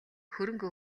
хөрөнгө